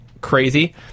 crazy